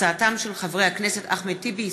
בעקבות דיון מהיר בהצעתם של חברי הכנסת אחמד טיבי,